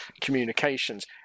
communications